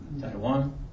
Taiwan